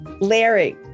Larry